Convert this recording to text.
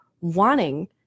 wanting